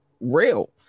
real